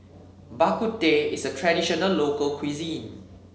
Bak Kut Teh is a traditional local cuisine